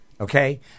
okay